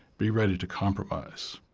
be ready to compromise.